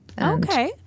Okay